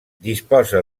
disposa